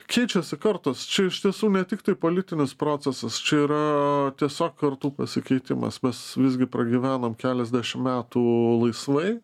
keičiasi kartos čia iš tiesų ne tiktai politinis procesas čia yra tiesiog kartų pasikeitimas mes visgi pragyvenom keliasdešim metų laisvai